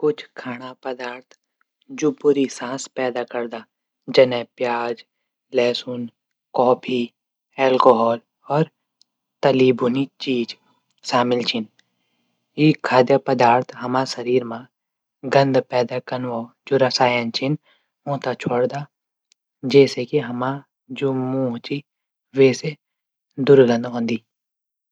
कुछ खाणा पदार्थ जू बुरी सांस पैदा करदा। जनैई प्याज, लहसुन, कॉफी, एल्कोहल, और तली भुनी चीज। शामिल छिन। ई खाद्य पदार्थ हमर शरीर मा गंद पैदा कन वोलू रसायन छन। ऊथै छुडदा। जैसे की हमरू जू मूहँ च वे से दुर्गंध औंदी।